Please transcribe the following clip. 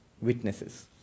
witnesses